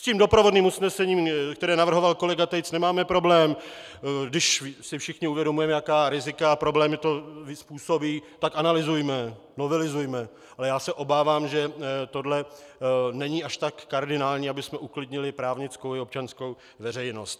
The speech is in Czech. S doprovodným usnesením, které navrhoval kolega Tejc, nemáme problém, když si všichni uvědomujeme, jaká rizika a problémy to způsobí, tak analyzujme, novelizujme, ale já se obávám, že tohle není až tak kardinální, abychom uklidnili právnickou i občanskou veřejnost.